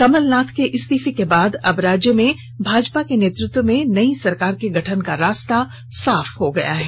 कमलनाथ के इस्तीफे के बाद अब राज्य में भाजपा के नेतृत्व में नई सरकार के गठन का रास्ता साफ हो गया है